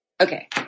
okay